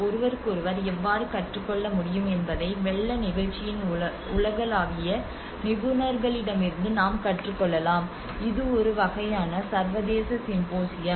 ஒருவருக்கொருவர் எவ்வாறு கற்றுக்கொள்ள முடியும் என்பதை வெள்ள நெகிழ்ச்சியின் உலகளாவிய நிபுணர்களிடமிருந்து நாம் கற்றுக்கொள்ளலாம் இது ஒரு வகையான சர்வதேச சிம்போசியம்